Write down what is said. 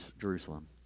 Jerusalem